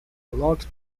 lord